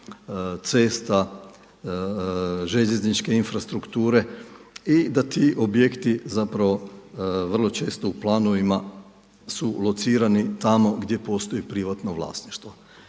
cesta, željezničke infrastrukture i da ti objekti vrlo često u planovima su locirani tamo gdje postoji privatno vlasništvo.